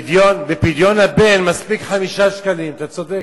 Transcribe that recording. בפדיון הבן מספיק 5 שקלים, אתה צודק,